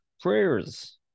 prayers